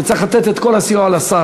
וצריך לתת את כל הסיוע לשר.